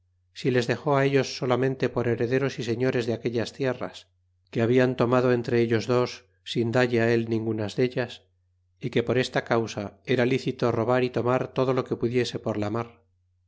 si les laxó a ellos solamente por herederos y señores de aquellas tierras que hablan tornado entre ellos los sin dalle á él ninguna dallas é que por esta a ua era licito robar y tomar todo lo que pudiese por la mar